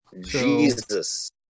Jesus